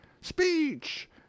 Speech